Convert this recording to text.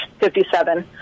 57